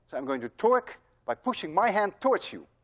i'm going to torque by pushing my hand towards you,